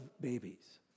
babies